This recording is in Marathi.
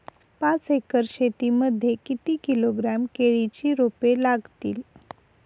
पाच एकर शेती मध्ये किती किलोग्रॅम केळीची रोपे लागतील?